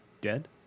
Dead